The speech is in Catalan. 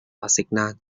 assignats